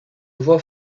voie